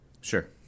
sure